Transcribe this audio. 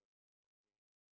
okay